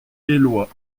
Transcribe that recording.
éloie